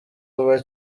vuba